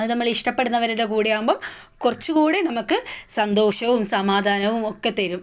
അത് നമ്മൾ ഇഷ്ടപ്പെടുന്നവരുടെ കൂടെ ആകുമ്പം കുറച്ചുകൂടി നമുക്ക് സന്തോഷവും സമാധാനവും ഒക്കെ തരും